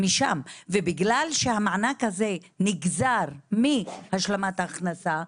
בגלל שהמענק הזה נגזר מהשלמת ההכנסה,